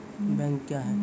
Bank क्या हैं?